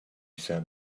sat